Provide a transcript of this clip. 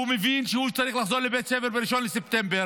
שמבין שהוא צריך לחזור לבית הספר ב-1 בספטמבר,